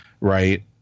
right